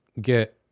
get